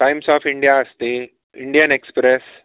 times of India अस्ति Indian express